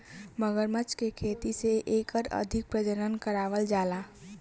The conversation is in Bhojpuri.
मगरमच्छ के खेती से एकर अधिक प्रजनन करावल जाला